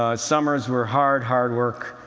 ah summers were hard, hard work,